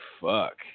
Fuck